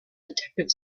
detective